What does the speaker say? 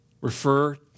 refer